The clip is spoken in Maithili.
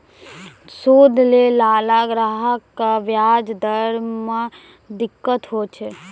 सूद लैय लाला ग्राहक क व्याज दर म दिक्कत होय छै